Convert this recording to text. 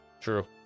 True